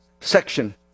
section